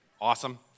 awesome